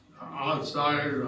Outside